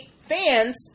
fans